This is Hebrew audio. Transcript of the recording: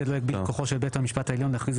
הבהרה מחייבת,